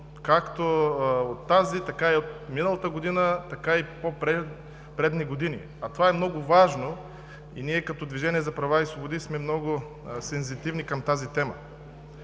както от тази, така и от миналата година, така и по предни години. А това е много важно и ние като Движение за права и свободи сме много сензитивни към тази тема.